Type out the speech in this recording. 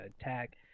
attack